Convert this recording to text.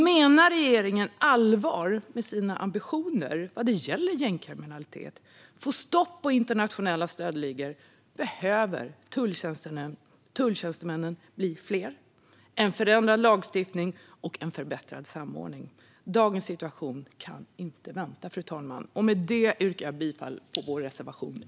Menar regeringen allvar med sina ambitioner att sätta stopp för gängkriminalitet och internationella stöldligor behövs fler tulltjänstemän, en förändrad lagstiftning och en förbättrad samordning. En lösning på dagens situation kan inte vänta. Fru talman! Jag yrkar bifall till reservation l.